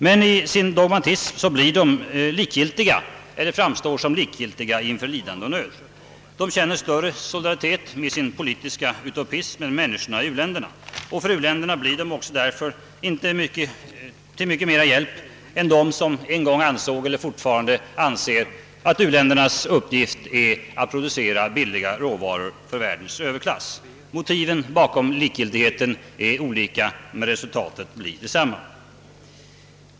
Men i sin dogmatism blir de likgiltiga, eller framstår som likgiltiga, inför lidande och nöd. De känner större solidaritet med sin politiska utopism än med människorna i u-länderna. För uländerna blir de därför inte heller till mycket mera hjälp än de som en gång ansåg att uländernas uppgift är att producera billiga råvaror för världens överklass. Motiven till likgiltigheten är olika men resultatet blir detsamma.